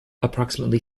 approximately